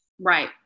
Right